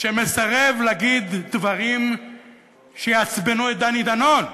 שמסרב להגיד דברים שיעצבנו את דני דנון.